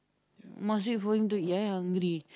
must wait for him to eat I hungry